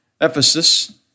Ephesus